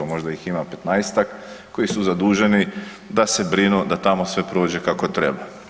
Možda ih ima 15-tak koji su zaduženi da se brinu da tamo sve prođe kako treba.